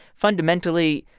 fundamentally,